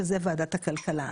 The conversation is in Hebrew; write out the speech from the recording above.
שזאת ועדת הכלכלה.